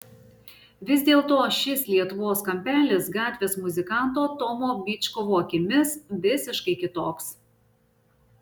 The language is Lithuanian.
vis dėlto šis lietuvos kampelis gatvės muzikanto tomo byčkovo akimis visiškai kitoks